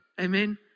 Amen